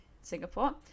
Singapore